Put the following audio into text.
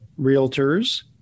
realtors